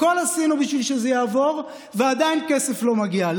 הכול עשינו בשביל שזה יעבור, ועדיין כסף לא מגיע.